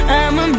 I'ma